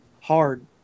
hard